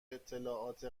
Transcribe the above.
اطلاعات